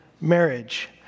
marriage